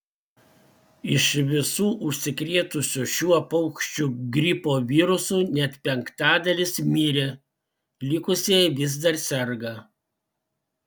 iš visų užsikrėtusių šiuo paukščių gripo virusu net penktadalis mirė likusieji vis dar serga